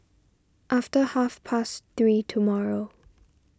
after half past three tomorrow